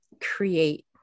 create